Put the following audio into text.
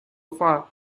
far